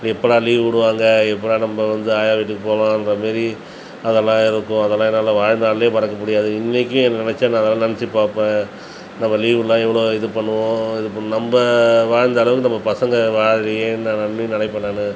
எப்படா லீவ் விடுவாங்க எப்படா நம்ப வந்து ஆயா வீட்டுக்கு போகலான்ற மாரி அதெல்லாம் இருக்கும் அதெல்லாம் என்னால் வாழ்நாள்ல மறக்க முடியாது இன்றைக்கும் என்ன நினச்சா நான் அதெல்லாம் நினச்சி பார்ப்பேன் நம்ப லீவுலாம் எவ்வளோ இது பண்ணுவோம் இது ப நம்ப வாழ்ந்தளவுக்கு நம்ப பசங்க வாழலையேன்னு நான் இன்னும் நினைப்பேன் நான்